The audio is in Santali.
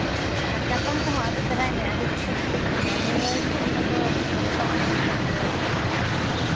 ᱟᱨ ᱪᱟᱛᱚᱢ ᱠᱚᱦᱚᱸ ᱟᱹᱜᱩ ᱛᱚᱨᱟᱭ ᱢᱮ ᱟᱹᱰᱤ ᱥᱚᱠᱛᱚ ᱥᱮᱛᱳᱝ ᱠᱟᱱᱟ ᱨᱩᱣᱟᱹ ᱡᱚᱦᱚᱜ ᱤᱱᱟᱹ ᱫᱚ ᱪᱟᱛᱚᱢ ᱩᱢᱩᱞ ᱛᱮᱢ ᱨᱩᱣᱟᱹᱲᱟ